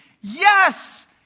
Yes